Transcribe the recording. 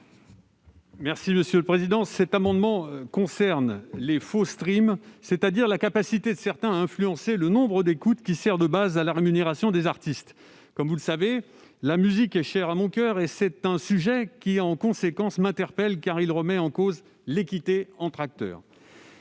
de la commission ? Cet amendement concerne les faux, c'est-à-dire la capacité de certains à influencer le nombre d'écoutes qui sert de base à la rémunération des artistes. Comme vous le savez, la musique est chère à mon coeur. Aussi, ce sujet me préoccupe, car il remet en cause l'équité entre acteurs.